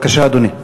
בבקשה, אדוני.